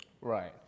Right